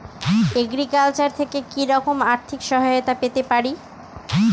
Agriculture থেকে কি রকম আর্থিক সহায়তা পেতে পারি?